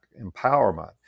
empowerment